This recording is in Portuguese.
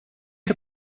que